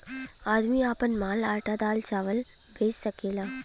आदमी आपन माल आटा दाल चावल बेच सकेला